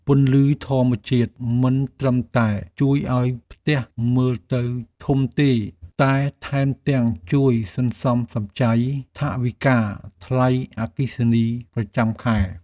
ពន្លឺធម្មជាតិមិនត្រឹមតែជួយឱ្យផ្ទះមើលទៅធំទេតែថែមទាំងជួយសន្សំសំចៃថវិកាថ្លៃអគ្គិសនីប្រចាំខែ។